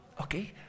Okay